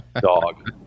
dog